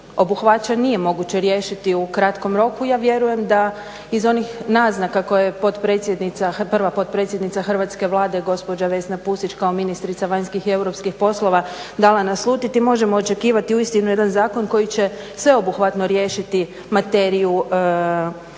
obuhvaća nije moguće riješiti u kratkom roku. Ja vjerujem da iz onih naznaka koje prva potpredsjednica hrvatske Vlade gospođa Vesna Pusić kao ministrica vanjskih i europskih poslova dala naslutiti možemo očekivati uistinu jedan zakon koji će sveobuhvatno riješiti materiju Zakona